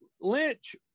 Lynch